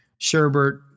Sherbert